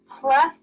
plus